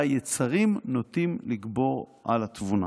והיצרים נוטים לגבור על התבונה